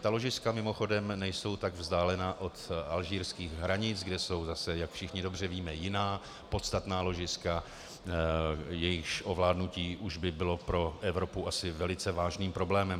Ta ložiska mimochodem nejsou tak vzdálená od alžírských hranic, kde jsou zase, jak všichni dobře víme, jiná podstatná ložiska, jejichž ovládnutí už by bylo pro Evropu asi velice vážným problémem.